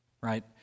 right